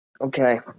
Okay